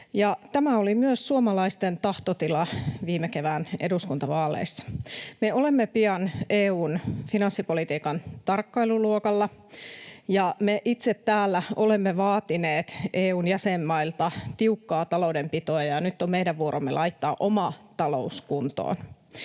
tämä oli myös suomalaisten tahtotila viime kevään eduskuntavaaleissa. Me olemme pian EU:n finanssipolitiikan tarkkailuluokalla. Me itse olemme täällä vaatineet EU:n jäsenmailta tiukkaa taloudenpitoa, ja nyt on meidän vuoromme laittaa oma talous kuntoon.